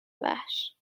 وحش